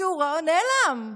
נעלם.